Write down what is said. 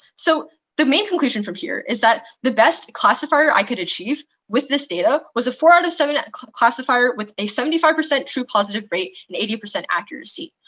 so the main conclusion from here is that the best classifier i could achieve with this data was a four out of seven classifier with a seventy five percent true positive rate and eighty percent accuracy.